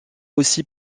aussi